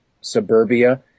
suburbia